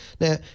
Now